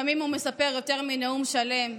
לפעמים הוא מספר יותר מנאום שלם,